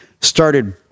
started